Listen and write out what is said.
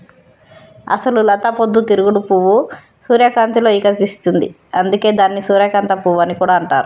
అసలు లత పొద్దు తిరుగుడు పువ్వు సూర్యకాంతిలో ఇకసిస్తుంది, అందుకే దానిని సూర్యకాంత పువ్వు అని కూడా అంటారు